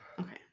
Okay